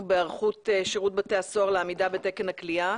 בהיערכות שירות בתי הסוהר לעמידה בתקן הכליאה.